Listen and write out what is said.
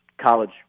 college